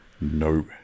No